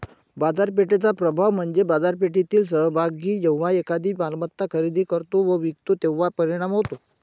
बाजारपेठेचा प्रभाव म्हणजे बाजारपेठेतील सहभागी जेव्हा एखादी मालमत्ता खरेदी करतो व विकतो तेव्हा परिणाम होतो